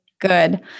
good